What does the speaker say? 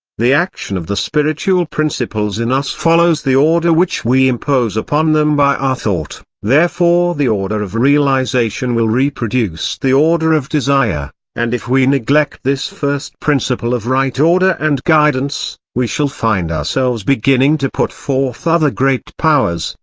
the action of the spiritual principles in us follows the order which we impose upon them by our thought therefore the order of realisation will reproduce the order of desire and if we neglect this first principle of right order and guidance, we shall find ourselves beginning to put forth other great powers,